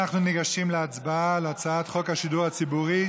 אנחנו ניגשים להצבעה על הצעת חוק השידור הציבורי.